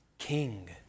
King